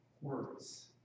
words